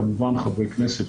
כמובן חברי כנסת,